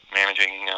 managing